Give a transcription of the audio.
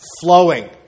flowing